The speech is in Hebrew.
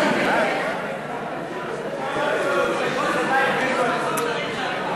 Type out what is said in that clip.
מיקי לוי לסעיף 1 נתקבלה.